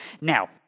Now